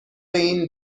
این